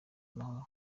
amahoro